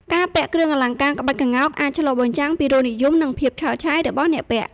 ការពាក់គ្រឿងអលង្ការក្បាច់ក្ងោក អាចឆ្លុះបញ្ចាំងពីរសនិយម និងភាពឆើតឆាយរបស់អ្នកពាក់។